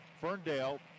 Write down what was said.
Ferndale